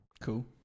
Cool